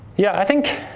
yeah, i think